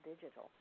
digital